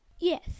Yes